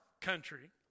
country